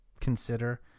consider